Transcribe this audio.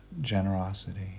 generosity